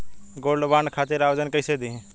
Gold bond खातिर आवेदन कैसे दिही?